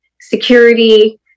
security